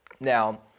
Now